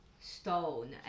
Stone